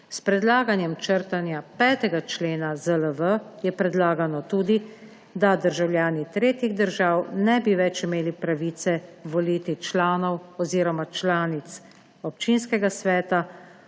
S predlaganjem črtanja 5. člena ZLV je predlagano tudi, da državljani tretjih držav ne bi več imeli pravice voliti članov oziroma članic občinskega sveta,